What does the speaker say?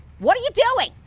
what are you doing?